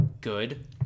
good